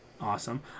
awesome